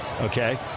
Okay